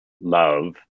love